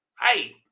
hey